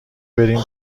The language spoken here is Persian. بریم